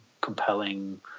compelling